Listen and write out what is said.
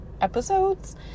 episodes